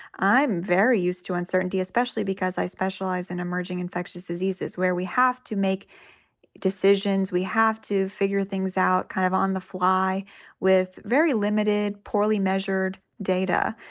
i'm very used to uncertainty, especially because i specialize in emerging infectious diseases where we have to make decisions. we have to figure things out kind of on the fly with very limited, poorly measured data.